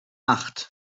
acht